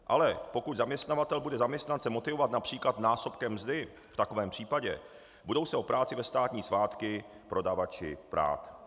Ale pokud zaměstnavatel bude zaměstnance motivovat např. násobkem mzdy v takovém případě, budou se o práci ve státní svátky prodavači prát.